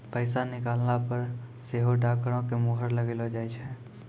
पैसा निकालला पे सेहो डाकघरो के मुहर लगैलो जाय छै